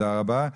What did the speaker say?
תודה רבה.